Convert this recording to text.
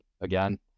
again